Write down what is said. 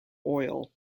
oil